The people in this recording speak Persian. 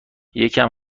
یکم